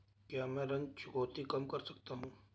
क्या मैं ऋण चुकौती कम कर सकता हूँ?